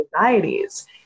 anxieties